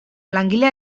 langile